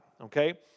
Okay